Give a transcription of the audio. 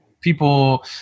people